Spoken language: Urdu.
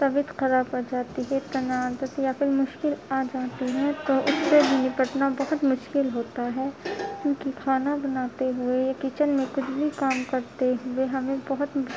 طبیعت خراب ہو جاتی ہے تناؤ یا پھر مشکل آجاتی ہے تو اس سے بھی نپٹنا بہت مشکل ہوتا ہے کیونکہ کھانا بناتے ہوئے کچن میں کچھ بھی کام کرتے ہوئے ہمیں بہت